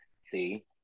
See